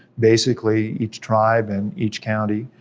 basically, each tribe and each county.